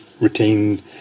retain